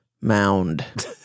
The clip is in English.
Mound